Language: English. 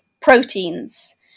proteins